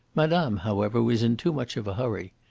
madame, however, was in too much of a hurry.